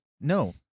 No